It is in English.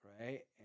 right